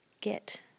get